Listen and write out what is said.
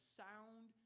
sound